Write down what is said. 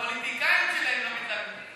הפוליטיקאים שלהם לא מתלהבים מזה.